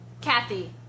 Kathy